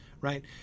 right